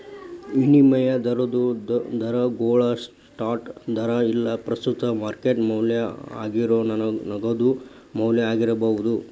ವಿನಿಮಯ ದರಗೋಳು ಸ್ಪಾಟ್ ದರಾ ಇಲ್ಲಾ ಪ್ರಸ್ತುತ ಮಾರ್ಕೆಟ್ ಮೌಲ್ಯ ಆಗೇರೋ ನಗದು ಮೌಲ್ಯ ಆಗಿರ್ಬೋದು